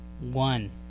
one